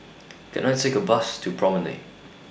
Can I Take A Bus to Promenade